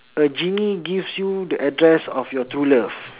a genie gives you the address of your true love